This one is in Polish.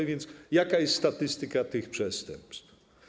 A więc jaka jest statystyka tych przestępstw?